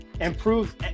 improve